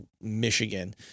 Michigan